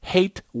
Hate